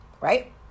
right